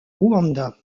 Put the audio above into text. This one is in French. rwanda